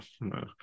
no